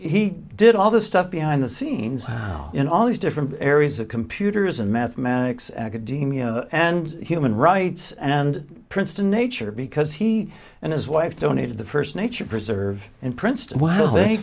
he did all the stuff behind the scenes in all these different areas of computers and mathematics academia and human rights and princeton nature because he and his wife donated the first nature preserve in princeton while they